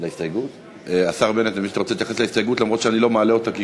חלק שני יכלול את ההוראות לעניין גבייה באמצעות